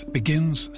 begins